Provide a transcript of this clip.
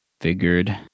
Figured